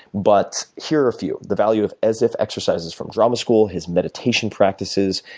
but here are a few. the value of as if exercises from drama school. his meditation practices.